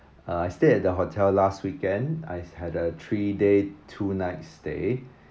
uh I stay at the hotel last weekend I had a three day two night stay